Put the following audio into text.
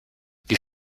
wie